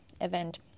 event